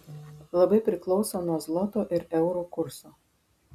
labai priklauso nuo zloto ir euro kurso